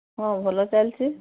ହଁ ଭଲ ଚାଲିଛି